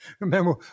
remember